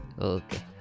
Okay